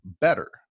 better